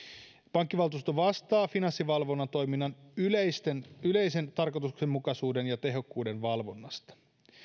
pankkivaltuusto vastaa finanssivalvonnan toiminnan yleisen yleisen tarkoituksenmukaisuuden ja tehokkuuden valvonnasta